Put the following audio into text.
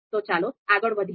તો ચાલો આગળ વધીએ